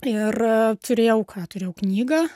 ir turėjau ką turėjau knygą